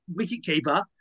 wicketkeeper